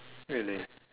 really